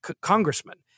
congressman